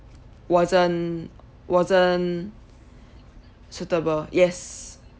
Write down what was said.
wasn't wasn't suitable yes